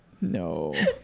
No